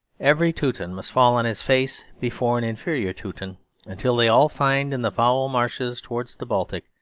every teuton must fall on his face before an inferior teuton until they all find, in the foul marshes towards the baltic,